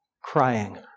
crying